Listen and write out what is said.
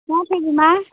କେଁଥି ଯିମା